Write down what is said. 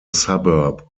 suburb